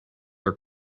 are